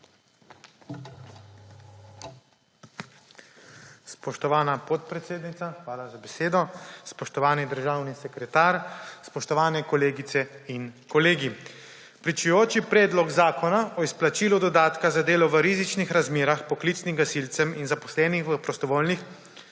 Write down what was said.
Spoštovana podpredsednica, hvala za besedo. Spoštovani državni sekretar, spoštovane kolegice in kolegi! Pričujoči Predlog zakona o izplačilu dodatka za delo v rizičnih razmerah poklicnim gasilcem in zaposlenim v prostovoljnih